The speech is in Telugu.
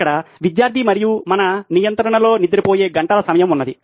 ఇక్కడ విద్యార్థి మరియు మన నియంత్రణలో నిద్రపోయే గంటల సమయం ఉన్నది